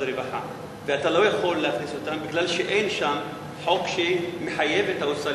הרווחה ואתה לא יכול להכניס אותן בגלל שאין שם חוק שמחייב את ההוצאה,